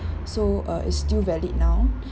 so uh it's still valid now